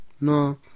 no